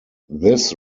this